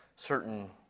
certain